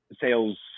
sales